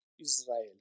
Israel